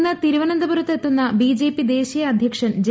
ഇന്ന് തിരുവനന്തപുരത്ത് എത്തുന്ന ബിജെപി ദേശീയ അധ്യക്ഷൻ ജെ